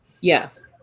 yes